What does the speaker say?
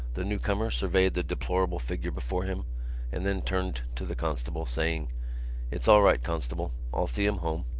the new-comer surveyed the deplorable figure before him and then turned to the constable, saying it's all right, constable. i'll see him home.